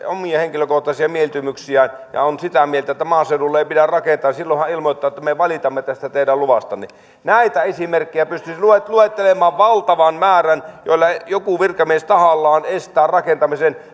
omia henkilökohtaisia mieltymyksiään ja on sitä mieltä että maaseudulle ei pidä rakentaa niin silloin hän ilmoittaa että me valitamme tästä teidän luvastanne näitä esimerkkejä pystyisi luettelemaan valtavan määrän joilla joku virkamies tahallaan estää rakentamisen